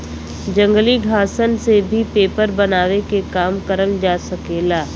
जंगली घासन से भी पेपर बनावे के काम करल जा सकेला